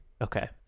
Okay